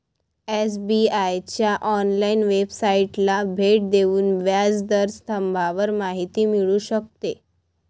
SBI च्या online वेबसाइटला भेट देऊन व्याज दर स्तंभावर माहिती मिळू शकते